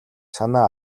санаа